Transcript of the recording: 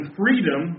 freedom